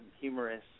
humorous